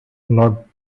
not